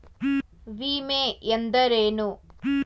ವಿಮೆ ಎಂದರೇನು?